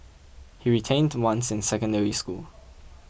he retained once in Secondary School